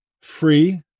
Free